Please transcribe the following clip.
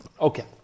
Okay